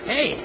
Hey